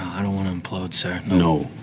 i don't want to implode sir. no,